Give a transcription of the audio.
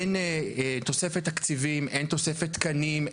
אין תוספת תקציבים, אין תוספת תקנים.